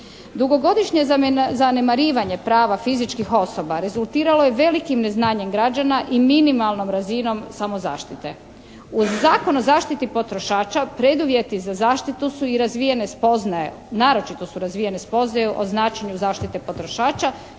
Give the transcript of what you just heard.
Dugogodišnje zanemarivanje prava fizičkih osoba rezultiralo je velikim neznanjem građana i minimalnom razinom samozaštite. Uz Zakon o zaštiti potrošača preduvjeti za zaštitu su i razvijene spoznaje, naročito su razvijene spoznaje o značenju zaštite potrošača